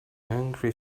angry